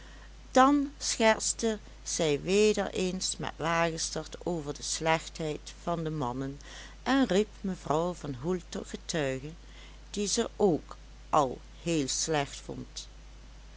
dan schertste zij weder eens met wagestert over de slechtheid van de mannen en riep mevrouw van hoel tot getuige die ze ook al heel slecht vond